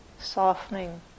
softening